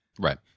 Right